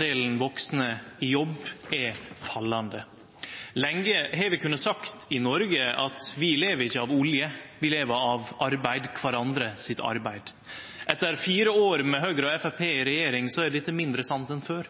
Delen av vaksne i jobb er fallande. Lenge har vi kunna seie i Noreg at vi lever ikkje av olje, vi lever av arbeid – kvarandre sitt arbeid. Etter fire år med Høgre og Framstegspartiet i regjering er dette mindre sant enn før.